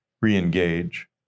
re-engage